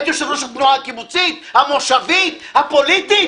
את יושב-ראש התנועה הקיבוצית, המושבית, הפוליטית?